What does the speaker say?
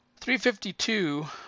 352